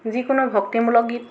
যিকোনো ভক্তিমূলক গীত